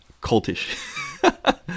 cultish